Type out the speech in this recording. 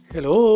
Hello